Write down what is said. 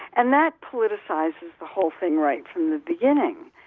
and that politicizes the whole thing right from the beginning.